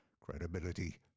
credibility